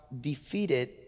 defeated